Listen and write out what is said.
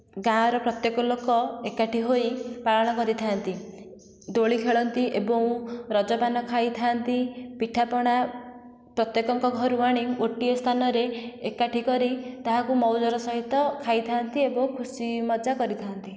ଗାଁର ପ୍ରତ୍ୟେକ ଲୋକ ଏକାଠି ହୋଇ ପାଳନ କରିଥାନ୍ତି ଦୋଳି ଖେଳନ୍ତି ଏବଂ ରଜ ପାନ ଖାଇଥାନ୍ତି ପିଠାପଣା ପ୍ରତ୍ୟେକଙ୍କ ଘରୁ ଆଣି ଗୋଟିଏ ସ୍ଥାନରେ ଏକାଠି କରି ତାହାକୁ ମଉଜର ସହିତ ଖାଇଥାନ୍ତି ଏବଂ ଖୁସି ମଜା କରିଥାନ୍ତି